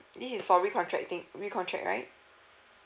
this is for recontracting recontract right